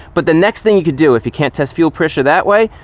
but the next thing you could do if you can't test fuel pressure that way,